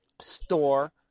Store